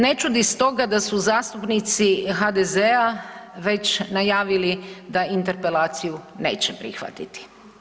Ne čudi stoga da su zastupnici HDZ-a već najavili da interpelaciju neće prihvatiti.